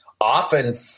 often